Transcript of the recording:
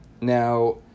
Now